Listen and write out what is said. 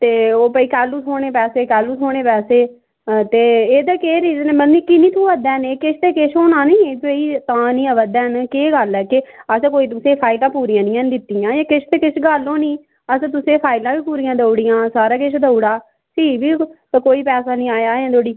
ते ओह् भई कैह्ल्लूं थ्होने पैसे कैह्ल्लूं थ्होने पैसे ते एह्दा केह् रीजन ऐ मतलब निं की निं थ्होआ दे न एह् किश ते किश होना निं भई तां निं आवा'रदे हैन केह् गल्ल ऐ केह् असें कोई तुसें गी फाईलां पूरियां निं हैन दित्ती दियां जां किश ते किश गल्ल होनी असें तुसें ईं फाईलां बी पूरियां देई ओड़ियां सारा किश देई ओड़ा भी बी कोई पैसा निं आया अजें धोड़ी